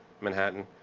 Manhattan